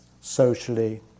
socially